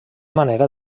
manera